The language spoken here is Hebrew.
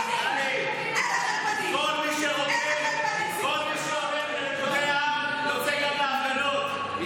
טלי, כל מי שהולך לריקודי עם, יוצא גם להפגנות.